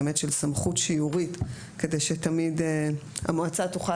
באמת של סמכות שיעורית כדי שתמיד המועצה תוכל